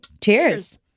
Cheers